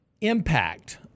impact